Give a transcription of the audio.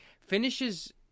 finishes